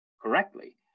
correctly